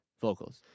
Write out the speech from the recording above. vocals